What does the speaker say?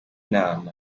inama